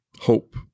hope